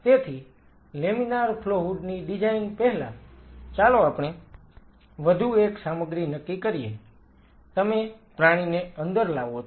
તેથી laminar flow hood ની design પહેલાં ચાલો આપણે વધુ એક સામગ્રી નક્કી કરીએ તમે પ્રાણીને અંદર લાવો છો